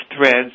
threads